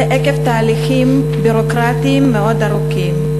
זה עקב תהליכים ביורוקרטיים מאוד ארוכים.